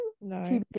No